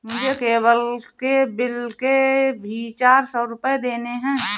मुझे केबल के बिल के भी चार सौ रुपए देने हैं